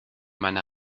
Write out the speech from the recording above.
meiner